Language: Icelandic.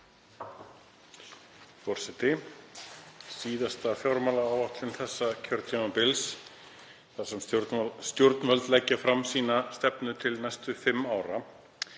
Þetta er síðasta fjármálaáætlun þessa kjörtímabils, þar sem stjórnvöld leggja fram sína stefnu til næstu fimm ára.